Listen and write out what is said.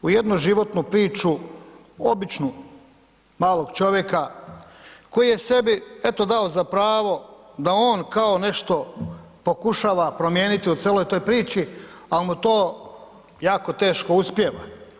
U jednu životnu priču, običnu, malog čovjeka koji je sebi eto dao za pravo da on kao nešto pokušava promijeniti u cijeloj toj priči, ali mu to jako teško uspijeva.